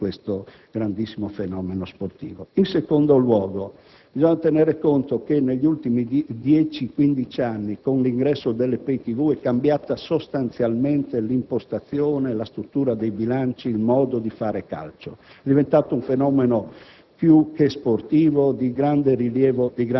creato sostanzialmente una fortissima disaffezione nei confronti di questo grandissimo fenomeno sportivo. In secondo luogo, bisogna tenere conto che negli ultimi dieci-quindici anni, con l'ingresso delle *pay-tv*, è cambiata sostanzialmente l'impostazione, la struttura dei bilanci, il modo di fare calcio. È diventato un